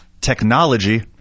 technology